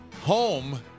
home